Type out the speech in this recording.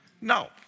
No